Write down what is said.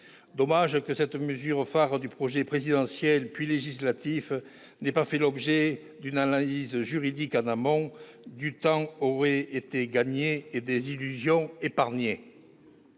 Dommage que cette mesure phare du projet présidentiel, puis législatif, n'ait pas fait l'objet d'une analyse juridique en amont ! Du temps aurait été gagné et des illusions épargnées.